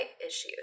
issues